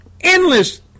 endless